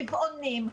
רבעוניים.